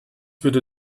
würde